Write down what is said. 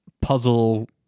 puzzle